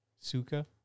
Suka